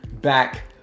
back